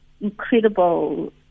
incredible